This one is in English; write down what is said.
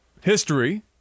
history